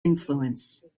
influence